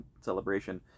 celebration